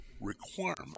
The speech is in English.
requirement